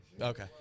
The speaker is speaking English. Okay